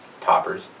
Toppers